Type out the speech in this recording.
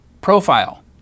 profile